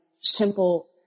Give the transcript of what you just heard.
simple